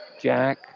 Jack